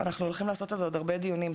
אנחנו הולכים לעשות על זה עוד הרבה דיונים.